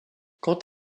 quant